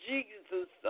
Jesus